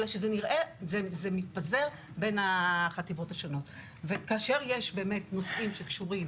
אלא שזה מתפזר בין החטיבות השונות וכאשר יש באמת נושאים שקשורים